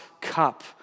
cup